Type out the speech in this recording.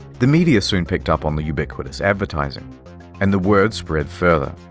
the media soon picked up on the ubiquitous advertising and the word spread further.